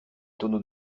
tonneau